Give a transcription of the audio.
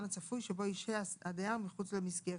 הצפוי שבו ישהה הדייר מחוץ למסגרת,